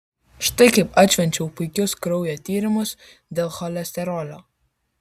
štai kaip atšvenčiau puikius kraujo tyrimus dėl cholesterolio